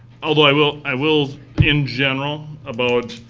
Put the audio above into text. although i will i will in general about